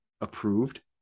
approved